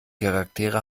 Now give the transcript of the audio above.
charaktere